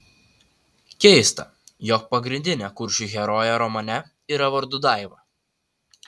keista jog pagrindinė kuršių herojė romane yra vardu daiva